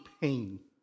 pain